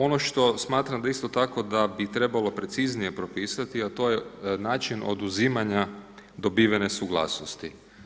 Ono što smatram isto tako da bi trebalo preciznije propisati a to je način oduzimanja dobivene suglasnosti.